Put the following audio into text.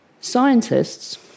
Scientists